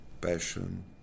passion